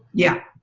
yeah.